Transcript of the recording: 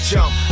Jump